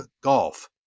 Golf